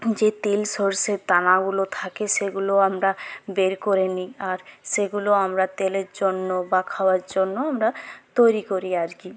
যে তিল সর্ষের দানাগুলো থাকে সেগুলো আমরা বের করে নি আর সেগুলো আমরা তেলের জন্য বা খাওয়ার জন্য আমরা তৈরি করি আর কি